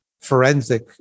forensic